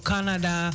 Canada